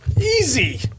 Easy